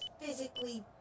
physically